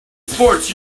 sports